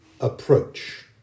approach